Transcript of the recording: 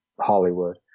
Hollywood